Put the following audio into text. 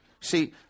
See